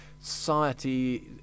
society